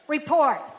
Report